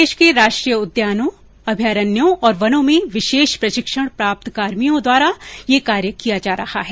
प्रदेश के राष्ट्रीय उद्यानों अभयारण्यों और वनों में विशेष प्रशिक्षण प्राप्त कार्मिकों द्वारा यह कार्य किया जा रहा है